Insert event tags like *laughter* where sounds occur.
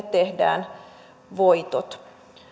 *unintelligible* tehdään voitot